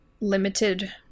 limited